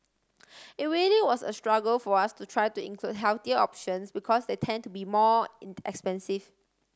it really was a struggle for us to try to include healthier options because they tend to be more expensive